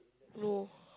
no